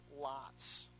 lots